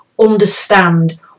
understand